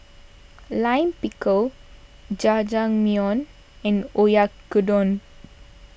Lime Pickle Jajangmyeon and Oyakodon